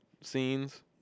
scenes